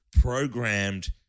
programmed